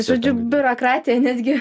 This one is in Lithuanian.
žodžiu biurokratija netgi